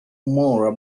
more